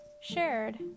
shared